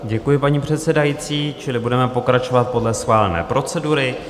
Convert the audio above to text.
Děkuji, paní předsedající, čili budeme pokračovat podle schválené procedury.